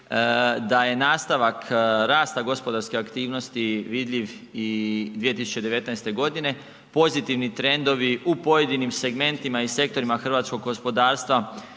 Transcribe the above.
da je nastavak rasta gospodarske aktivnosti vidljiv i 2019. g., pozitivni trendovi u pojedinim segmentima i sektorima hrvatskog gospodarstva